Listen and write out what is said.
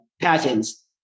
patents